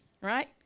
right